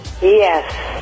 Yes